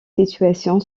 situation